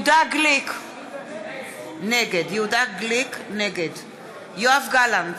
נגד יואב גלנט,